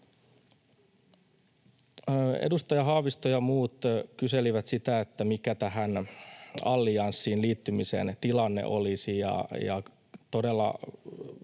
Edustaja Haavisto ja muut kyselivät, mikä tähän allianssiin liittymisen tilanne olisi.